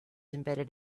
embedded